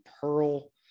Pearl